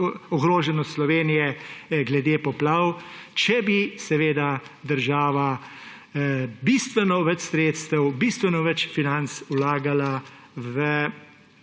ogroženost Slovenije glede poplav, če bi seveda država bistveno več sredstev, bistveno več financ vlagala v